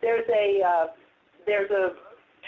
there's a there's a